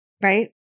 Right